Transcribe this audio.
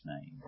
name